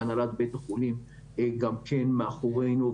והנהלת בית החולים גם כן מאחורינו,